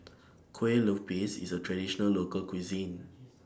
Kue Lupis IS A Traditional Local Cuisine